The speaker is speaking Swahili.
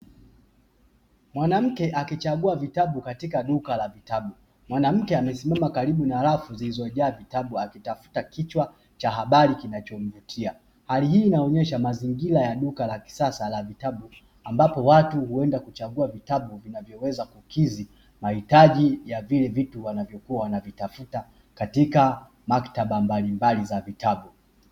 Mwanamke akichagua vitabu katika duka la vitabu, mwanamke amesimama karibu na rafu zilizojaa vitabu akitafuta kichwa cha habari kinachomvutia, hali hii inaonyesha mazingira ya kisasa ya duka la vitabu ambapo watu huenda kuchagua vitabu vinavyoweza kukidhi mahitaji ya vile vitu wanavyovitafuta katika maktaba mbalimbali za vitabu